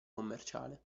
commerciale